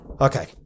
Okay